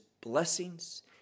blessings